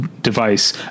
device